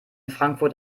frankfurt